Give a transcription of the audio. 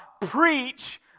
Preach